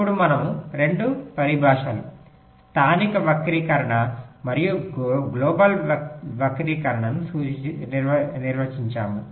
ఇప్పుడు మనము 2 పరిభాషలు స్థానిక వక్రీకరణ మరియు గ్లోబల్ వక్రీకరణను నిర్వచించాము